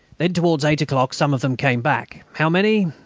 then towards eight o'clock some of them came back. how many?